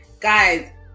guys